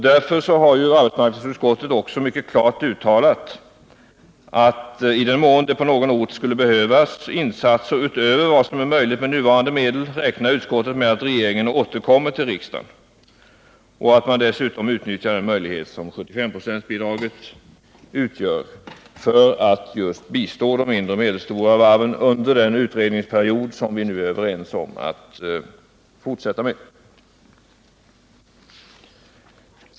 Därför har arbetsmarknadsutskottet mycket klart uttalat att utskottet, iden mån det på någon ort skulle behövas insatser utöver vad som är möjligt med nuvarande medel, räknar med att regeringen återkommer till riksdagen och att man dessutom utnyttjar den möjlighet 75 procentsbidraget utgör för att bistå de mindre och medelstora varven under den utredningsperiod vi är överens om.